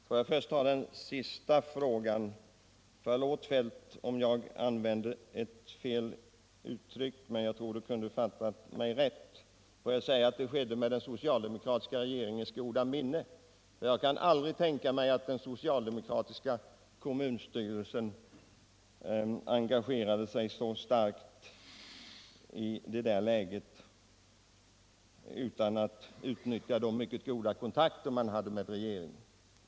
Herr talman! Förlåt, Kjell-Olof Feldt, om jag använde fel uttryck. Vad jag ville ha sagt var att etableringen skedde med den socialdemokratiska regeringens goda minne, för jag kan aldrig tänka mig att den socialdemokratiska kommunstyrelsen engagerade sig så starkt utan att utnyttja de mycket goda kontakter man hade med regeringen.